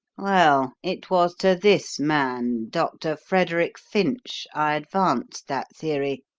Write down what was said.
well, it was to this man, dr. frederick finch, i advanced that theory,